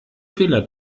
fehler